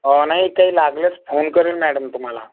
हो नाही काही लागल्यास फोन करेन मॅडम तुम्हाला